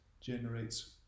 generates